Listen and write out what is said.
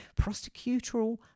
prosecutorial